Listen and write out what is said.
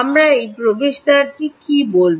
আমরা এই প্রবেশদ্বারটি কি বলব